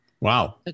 Wow